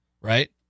Right